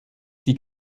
die